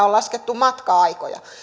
on laskettu matka aikoja